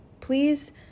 please